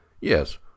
Yes